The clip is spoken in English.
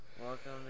Welcome